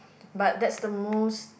but that's the most